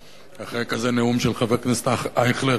אחרי כזה נאום של חבר הכנסת אייכלר,